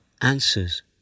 answers